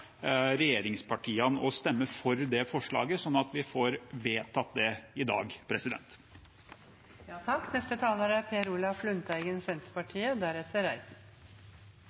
regjeringspartiene å stemme for det forslaget, sånn at vi får vedtatt det i dag. Arbeidet med en riksrevisjonsrapport er